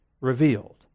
revealed